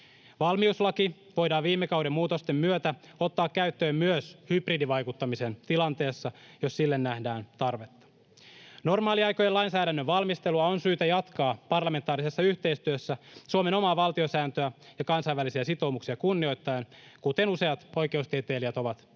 Valmiuslaki voidaan viime kauden muutosten myötä ottaa käyttöön myös hybridivaikuttamisen tilanteessa, jos sille nähdään tarvetta. Normaaliaikojen lainsäädännön valmistelua on syytä jatkaa parlamentaarisessa yhteistyössä Suomen omaa valtiosääntöä ja kansainvälisiä sitoumuksia kunnioittaen, kuten useat oikeustieteilijät ovat esittäneet.